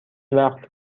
وقت